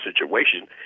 situation